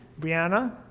Brianna